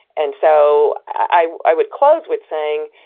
and so i i would close with saying,